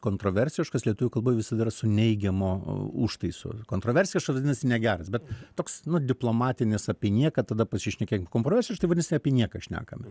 kontroversiškas lietuvių kalboj visada yra su neigiamu užtaisu kontroversija čia vadinasi negeras bet toks nu diplomatinis apie nieką tada pasišnekėk kontroversiška tai vadinasi apie nieką šnekame